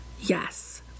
Yes